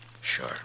Sure